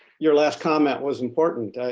your last comment was important.